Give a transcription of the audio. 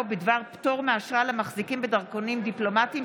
בדבר פטור מאשרה למחזיקים בדרכונים דיפלומטיים,